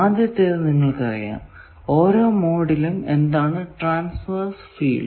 ആദ്യത്തേത് നിങ്ങൾക്കറിയാം ഓരോ മോഡിലും എന്താണ് ട്രാൻസ്വേർസ് ഫീൽഡ്